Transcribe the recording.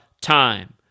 time